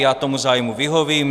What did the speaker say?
Já tomu zájmu vyhovím.